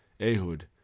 Ehud